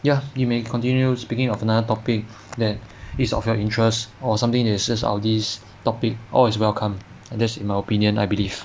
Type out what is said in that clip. ya you may continue speaking of another topic that is of your interest or something that's this topic all is welcome that's my opinion I believe